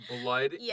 blood